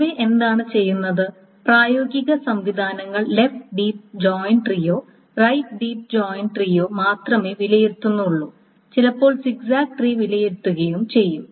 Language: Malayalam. പൊതുവേ എന്താണ് ചെയ്യുന്നത് പ്രായോഗിക സംവിധാനങ്ങൾ ലെഫ്റ്റ് ഡീപ്പ് ജോയിൻ ട്രീയോ റൈറ്റ് ഡീപ്പ് ജോയിൻ ട്രീയോ മാത്രമേ വിലയിരുത്തുന്നുള്ളൂ ചിലപ്പോൾ സിഗ്സാഗ് ട്രീ വിലയിരുത്തുകയും ചെയ്യും